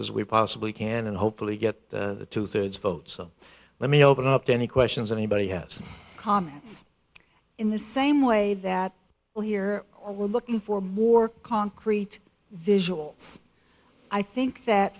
as we possibly can and hopefully get the two thirds vote so let me open up any questions anybody has comments in the same way that we're here we're looking for more concrete visuals i think that